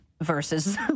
versus